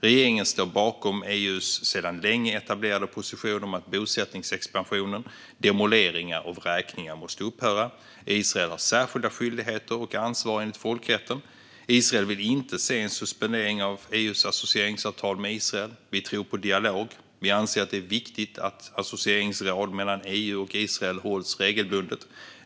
Regeringen står bakom EU:s sedan länge etablerade position om att bosättningsexpansionen, demoleringar och vräkningar måste upphöra. Israel har särskilda skyldigheter och ansvar enligt folkrätten. Regeringen vill inte se en suspendering av EU:s associeringsavtal med Israel. Vi tror på dialog. Vi anser att det är viktigt att associeringsråd mellan EU och Israel hålls regelbundet.